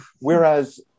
Whereas